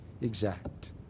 exact